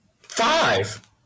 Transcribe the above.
Five